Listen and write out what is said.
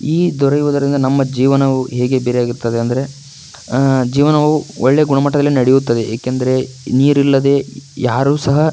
ಈ ದೊರೆಯುವುದರಿಂದ ನಮ್ಮ ಜೀವನವು ಹೇಗೆ ಬೇರೆಯಾಗಿರುತ್ತದೆ ಅಂದರೆ ಜೀವನವು ಒಳ್ಳೆ ಗುಣಮಟ್ಟದಲ್ಲಿ ನಡೆಯುತ್ತದೆ ಏಕೆಂದರೆ ನೀರಿಲ್ಲದೆ ಯಾರೂ ಸಹ